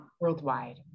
worldwide